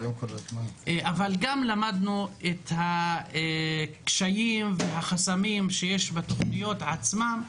אבל גם למדנו את הקשיים והחסמים שיש בתוכניות עצמן.